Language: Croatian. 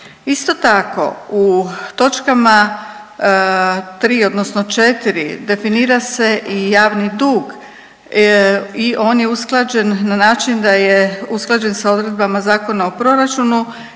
Isto tako u točkama 3., odnosno 4. definira se i javni dug i on je usklađen na način da je usklađen sa odredbama Zakona o proračunu